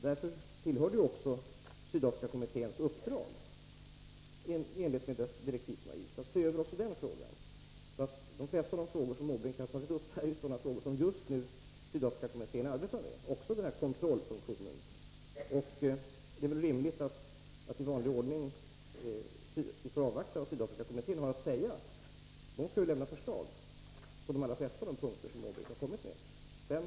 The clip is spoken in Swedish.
Därför ingår det i Sydafrikakommitténs uppdragi enlighet med de direktiv som har givits att se över också den frågan. De flesta av de frågor som Bertil Måbrink har berört är just sådana som Sydafrikakommittén arbetar med, och här ingår också frågan om kontrollfunktionen. Det är rimligt att vi i vanlig ordning avvaktar vad kommittén kommer fram till. Den skall ju lämna förslag i fråga om de allra flesta av de punkter som Bertil Måbrink har tagit upp här.